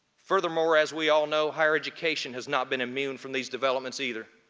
furthermore, as we all know higher education has not been immune from these developments either.